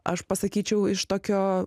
aš pasakyčiau iš tokio